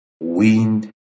wind